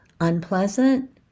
unpleasant